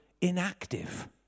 inactive